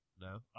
No